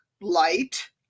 light